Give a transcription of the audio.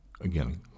again